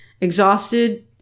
exhausted